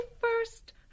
first